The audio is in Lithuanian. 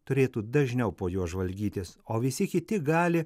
turėtų dažniau po juos žvalgytis o visi kiti gali